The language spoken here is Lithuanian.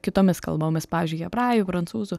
kitomis kalbomis pavyzdžiui hebrajų prancūzų